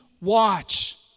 watch